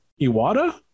iwata